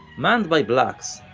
manned by blacks,